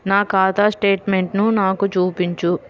నా ఖాతా స్టేట్మెంట్ను నాకు చూపించు